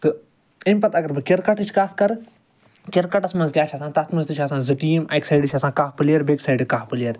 تہٕ اَمہِ پتہٕ اگر بہٕ کِرکٹٕچۍ کَتھ کَرٕ کِرکٹس منٛز کیٛاہ چھُ آسان تتھ منٛز تہِ چھِ آسان زٕ ٹیٖم اَکہِ سایڈٕ چھِ آسان کاہ پٕلیر بیٚیہِ سایڈٕ کاہ پٕلیر